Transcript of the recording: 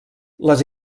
les